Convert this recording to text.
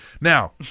Now